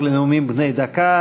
(9 בדצמבר 2014)